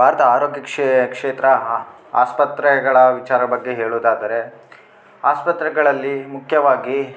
ಭಾರತ ಆರೋಗ್ಯ ಕ್ಷೇತ್ರ ಆಸ್ಪತ್ರೆಗಳ ವಿಚಾರದ ಬಗ್ಗೆ ಹೇಳುವುದಾದರೆ ಆಸ್ಪತ್ರೆಗಳಲ್ಲಿ ಮುಖ್ಯವಾಗಿ